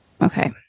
Okay